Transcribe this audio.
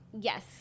Yes